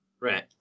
Right